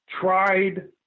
tried